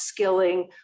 upskilling